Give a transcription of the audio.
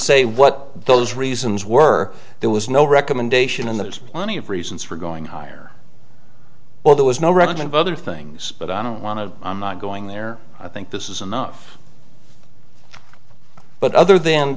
say what those reasons were there was no recommendation in that it's plenty of reasons for going higher while there was no record and other things but i don't want to i'm not going there i think this is enough but other th